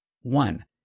One